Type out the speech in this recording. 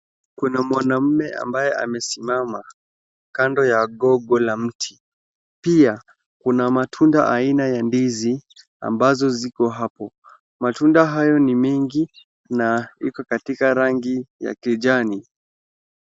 Kuna mwanaume ambaye amesimama kando ya gogo la mti. Pia kuna matunda aina ya ndizi ambazo ziko hapo. Matunda hayo ni mingi na iko katika rangi ya kijani.